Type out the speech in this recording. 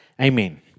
Amen